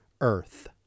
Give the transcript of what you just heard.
earth